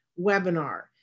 webinar